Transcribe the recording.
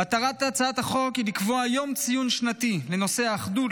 מטרת הצעת החוק היא לקבוע יום ציון שנתי לנושא האחדות,